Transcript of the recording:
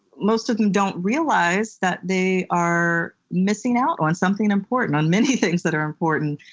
most of them don't realize that they are missing out on something important, on many things that are important.